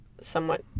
somewhat